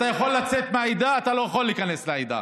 אתה יכול לצאת מהעדה, אתה לא יכול להיכנס אל העדה.